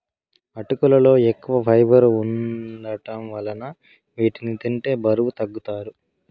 అటుకులలో ఎక్కువ ఫైబర్ వుండటం వలన వీటిని తింటే బరువు తగ్గుతారు